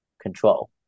control